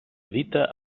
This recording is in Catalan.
edita